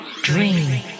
dream